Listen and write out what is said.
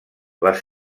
les